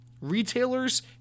retailers